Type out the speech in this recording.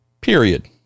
period